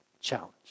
challenge